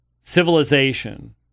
civilization